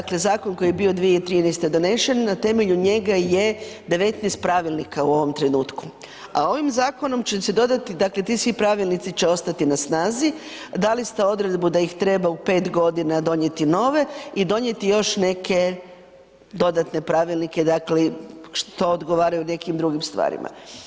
Dakle, zakon koji je bio 2013. donešen na temelju njega je 19 pravilnika u ovom trenutku, a ovim zakonom će se dodati, dakle svi ti pravilnici će ostati na snazi, dali ste odredbu da ih treba u 5.g. donijeti nove i donijeti još neke dodatne pravilnike, dakle što odgovaraju nekim drugim stvarima.